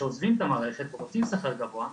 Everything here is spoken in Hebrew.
שעוזבים את המערכת ורוצים שכר גבוה,